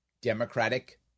democratic